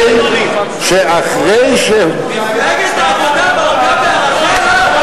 שאחרי, מפלגת העבודה בגדה בערכיה?